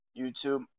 YouTube